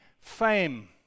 fame